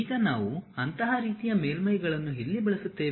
ಈಗ ನಾವು ಅಂತಹ ರೀತಿಯ ಮೇಲ್ಮೈಗಳನ್ನು ಎಲ್ಲಿ ಬಳಸುತ್ತೇವೆ